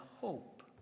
hope